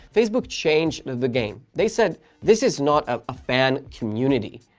facebook changed the game. they said this is not a fan community,